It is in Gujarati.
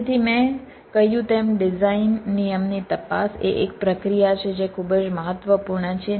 તેથી મેં કહ્યું તેમ ડિઝાઇન નિયમની તપાસ એ એક પ્રક્રિયા છે જે ખૂબ જ મહત્વપૂર્ણ છે